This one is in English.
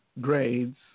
grades